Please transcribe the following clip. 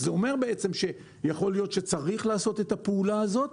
יכול להיות שצריך לעשות את הפעולה הזאת,